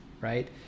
right